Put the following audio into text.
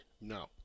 no